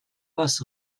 was